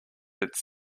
its